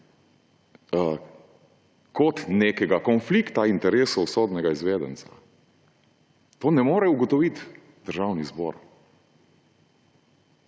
nekega konflikta interesov sodnega izvedenca. Tega ne more ugotoviti Državni zbor.